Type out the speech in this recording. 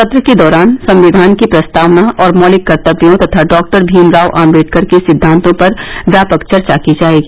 सत्र के दौरान संविधान की प्रस्तावना और मौलिक कर्तव्यों तथा डॉक्टर भीमराव आम्बेडकर के सिद्धांतों पर व्यापक चर्चा की जाएगी